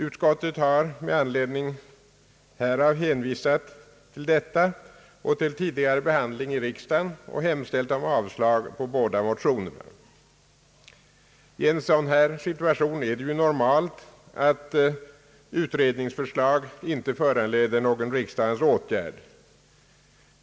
Utskottet har hänvisat till detta och till tidigare behandling i riksdagen samt hemställt om avslag på båda motionerna. I en sådan situation är det som bekant normalt att utredningsförslag inte föranleder någon riksdagens Ååtgärd.